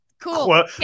Cool